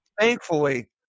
thankfully